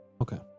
Okay